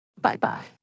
Bye-bye